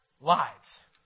lives